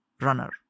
runner